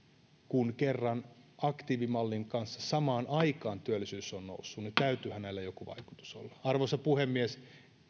kun kerran aktiivimallin kanssa samaan aikaan työllisyys on noussut niin täytyyhän näillä joku vaikutus olla arvoisa puhemies